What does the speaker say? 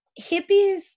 hippies